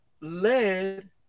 led